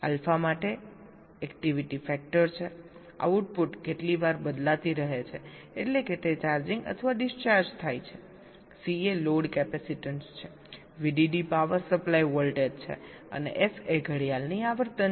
alpha માટે activity factor છે output કેટલી વાર બદલાતી રહે છે એટલે કે તે ચાર્જિંગ અથવા ડિસ્ચાર્જ થાય છે C એ લોડ કેપેસિટેન્સ છે VDD પાવર સપ્લાય વોલ્ટેજ છે અને f એ ઘડિયાળની આવર્તન છે